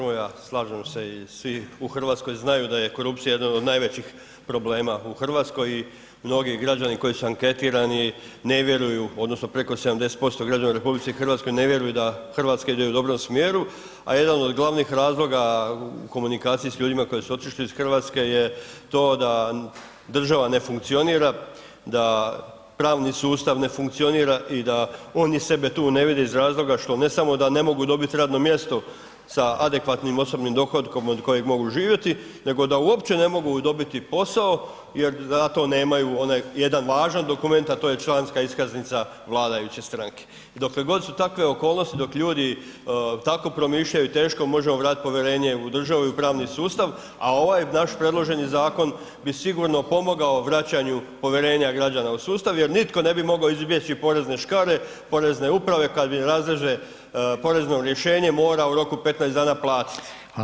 Kolega Grmoja, slažem se i svi u Hrvatskoj znaju da je korupcija jedan od najvećih problema u Hrvatskoj i mnogi građani koji su anektirani, ne vjeruju odnosno preko 70% građana u RH ne vjeruje da Hrvatska ide u dobrom smjeru a jedan od glavnih razloga u komunikaciji s ljudima koji su otišli iz Hrvatske je to da država ne funkcionira, da pravni sustav ne funkcionira i da oni sebe tu ne vide iz razloga što ne samo da ne mogu dobiti radno mjesto sa adekvatnim osobnim dohotkom od kojeg mogu živjeti, nego da uopće ne mogu dobiti posao jer zato nemaju onaj jedan važan dokument a to je članska iskaznica vladajuće stranke i dokle god su takve okolnosti i dok ljudi tako promišljaju, teško možemo vratiti povjerenje u državu i u pravni sustav a ovaj naš predloženi zakon bi sigurno pomogao vraćanju povjerenja građana u sustav jer nitko ne bi mogao izbjeći porezne škare porezne uprave kad ih razreže porezne rješenje, mora u roku 15 dana platiti.